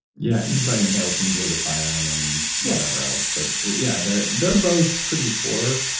yeah you probably inhale some glutathione ah and and whatever else. but yeah they're they're both pretty poor.